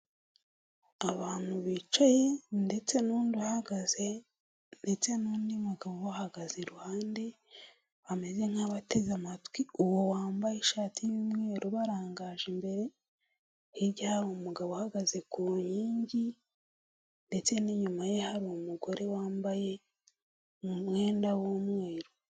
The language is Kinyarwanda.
Abantu bicaye, ndetse n'undi uhagaze, ndetse n'undi mugabo ubahagaze iruhande, bameze nk'abateze amatwi uwo wambaye ishati y'umweru ubarangaje imbere, hirya hari umugabo uhagaze ku nkingi, ndetse n'inyuma ye hari umugore wambaye umwenda w'umweru.